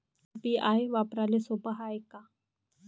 UPI वापराले सोप हाय का?